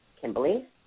Kimberly